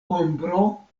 ombro